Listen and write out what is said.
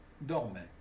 dormait